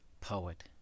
poet